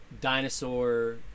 dinosaur